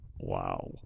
wow